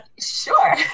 Sure